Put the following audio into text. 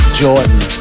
jordan